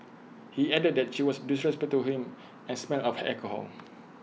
he added that she was disrespectful to him and smelled of alcohol